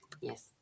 Yes